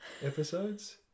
episodes